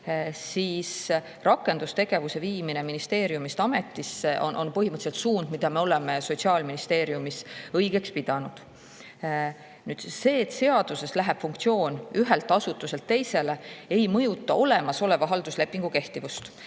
siis rakendustegevuse üleviimine ministeeriumist ametisse on põhimõtteliselt suund, mida me oleme Sotsiaalministeeriumis õigeks pidanud. Nüüd see, et seaduses läheb funktsioon üle ühelt asutuselt teisele, ei mõjuta olemasoleva halduslepingu kehtivust,